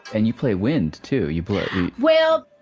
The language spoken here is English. and you play wind too. you play well